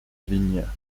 vigne